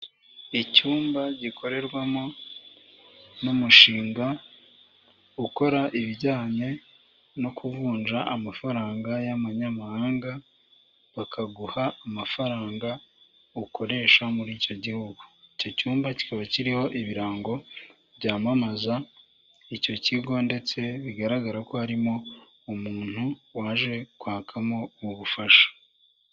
Icyumba gikorerwamo n'umushinga ukora ibijyanye no kuvunja amafaranga y'amanyamahanga bakaguha amafaranga ukoresha muri icyo gihugu. Icyo cyumba kikaba kiriho ibirango byamamaza icyo kigo ndetse bigaragara ko harimo umuntu waje kwakamo ubufasha.